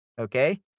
Okay